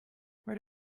where